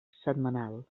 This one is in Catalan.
setmanal